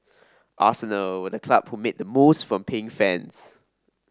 arsenal were the club who made the most from paying fans